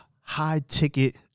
high-ticket